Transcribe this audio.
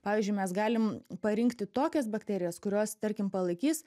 pavyzdžiui mes galim parinkti tokias bakterijas kurios tarkim palaikys